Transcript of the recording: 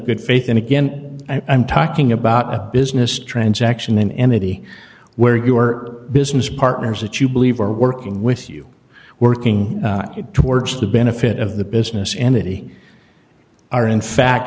good faith and again i'm talking about a business transaction in any where your business partners that you believe are working with you working towards the benefit of the business entity are in fact